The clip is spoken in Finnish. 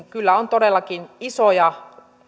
kyllä ovat todellakin isoja